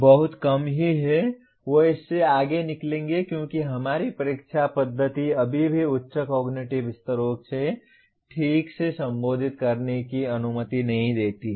बहुत कम ही वे इससे आगे निकलेंगे क्योंकि हमारी परीक्षा पद्धति अभी भी उच्च कॉग्निटिव स्तरों को ठीक से संबोधित करने की अनुमति नहीं देती है